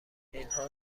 اینها